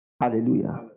Hallelujah